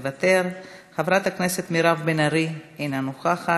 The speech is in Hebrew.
אינה נוכחת,